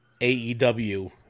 AEW